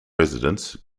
residence